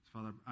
Father